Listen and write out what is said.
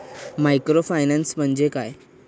Microfinance म्हणजे काय?